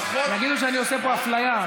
יגידו שאני עושה כאן אפליה,